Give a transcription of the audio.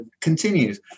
continues